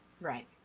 Right